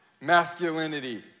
masculinity